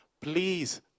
please